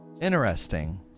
Interesting